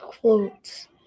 quotes